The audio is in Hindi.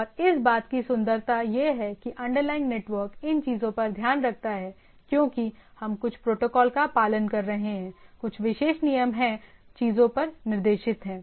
और इस बात की सुंदरता यह है की अंडरलाइनग नेटवर्क इन चीजों का ध्यान रखता है क्योंकि हम कुछ प्रोटोकॉल का पालन कर रहे हैं कुछ विशेष नियम है चीजों द्वारा निर्देशित हैं